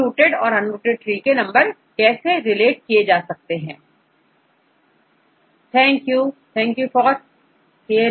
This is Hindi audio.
तो रूटेड और अनरूटेड ट्री के नंबर कैसे relate कर सकते हैं